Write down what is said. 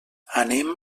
anem